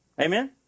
Amen